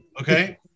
okay